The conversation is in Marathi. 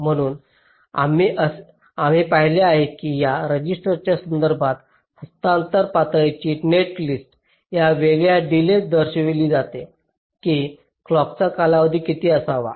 म्हणून आम्ही पाहिले आहे की या रजिस्टरच्या संदर्भात हस्तांतरण पातळीची नेटलिस्ट या वेगळ्या डिलेज दर्शविली जाते की क्लॉकाचा कालावधी किती असावा